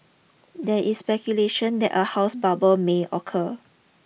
there is speculation that a house bubble may occur